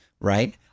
Right